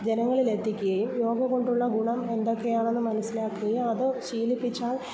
ജനങ്ങളിൽ എത്തിക്കുകയും യോഗ കൊണ്ടുള്ള ഗുണം എന്തൊക്കെയാണെന്ന് മനസ്സിലാക്കുയും അത് ശീലിപ്പിച്ചാൽ